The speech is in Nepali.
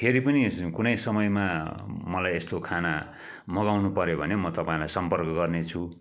फेरि पनि कुनै समयमा मलाई यस्तो खाना मगाउँनु पऱ्यो भने म तपाईँलाई सम्पर्क गर्नेछु